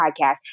podcast